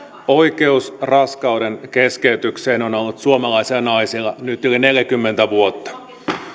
oikeus raskaudenkeskeytykseen on ollut suomalaisilla naisilla nyt jo yli neljäkymmentä vuotta